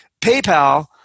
paypal